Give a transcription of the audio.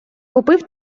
купив